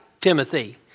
Timothy